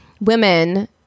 women